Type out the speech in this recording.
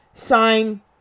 Sign